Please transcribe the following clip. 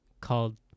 called